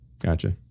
gotcha